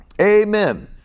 Amen